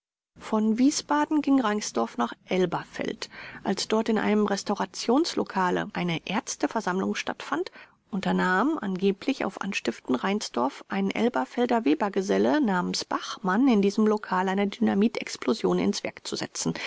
von wiesbaden ging reinsdorf nach elberfeld als dort in einem restaurationslokale eine ärzteversammlung stattfand unternahm angeblich auf anstiften reinsdorfs ein elberfelder webergeselle namens bachmann in diesem lokal eine dynamitexplosion ins werk zu setzen